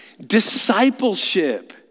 Discipleship